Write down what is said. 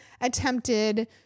attempted